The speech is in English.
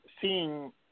seeing